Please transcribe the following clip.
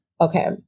Okay